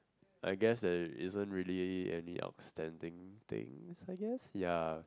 I guess there isn't really any outstanding things I guess ya